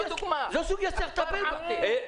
הכפר עבדה.